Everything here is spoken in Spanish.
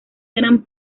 gran